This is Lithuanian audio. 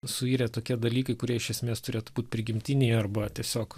suyrė tokie dalykai kurie iš esmės turėtų būt prigimtiniai arba tiesiog